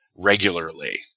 regularly